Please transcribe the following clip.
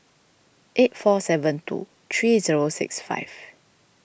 eight four seven two three zero six five